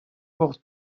porte